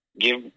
give